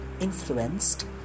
influenced